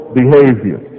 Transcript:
behavior